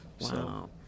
Wow